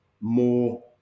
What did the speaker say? more